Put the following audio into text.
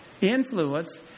Influence